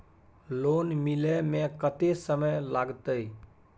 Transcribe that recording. Loan मिले में कत्ते समय लागते?